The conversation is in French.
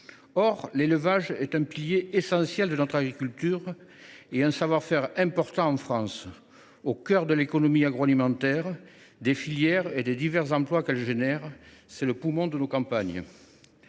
Or il est un pilier essentiel de notre agriculture et recèle un savoir faire important en France. Au cœur de l’économie agroalimentaire, de ses filières et des divers emplois qu’elles induisent, il est le poumon de nos campagnes.